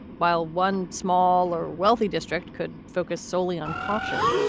while one small or wealthy district could focus solely on caution,